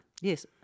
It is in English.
Yes